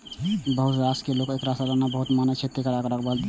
बहुत रास लोक एकरा सालाना फूल मानै छै, आ तें एकरा बदलि दै छै